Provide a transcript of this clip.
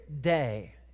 day